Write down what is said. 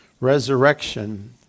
resurrection